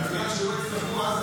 על מנת שלא יצטרכו אז,